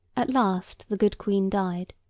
at last the good queen died,